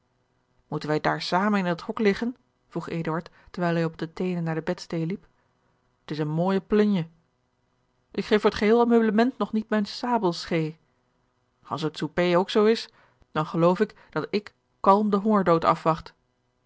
moeten wij daar zamen in dat hok liggen vroeg eduard terwijl hij op de teenen naar de bedsteê liep t is eene mooije plunje ik geef voor het geheel meublement nog niet mijne sabelscheê als het souper ook zoo is dan geloof ik dat ik kalm den hongerdood afwacht